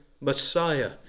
Messiah